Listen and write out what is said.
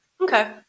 Okay